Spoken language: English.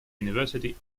university